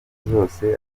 zose